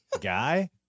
Guy